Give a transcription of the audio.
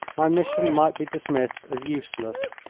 my mission might be dismissed as useless.